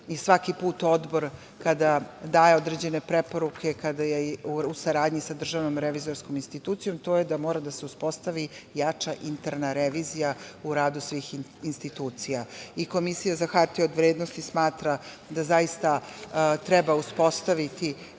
i svaki put Odbor, kada daje određene preporuke, kada je u saradnji sa DRI, to mora da se uspostavi jača interna revizija u radu svih institucija. Komisija za hartije od vrednosti smatra da zaista treba uspostaviti